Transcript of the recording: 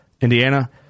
Indiana